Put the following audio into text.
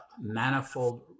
manifold